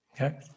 Okay